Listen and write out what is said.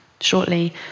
shortly